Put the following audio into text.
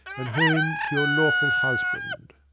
and home to your lawful husband.